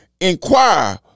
inquire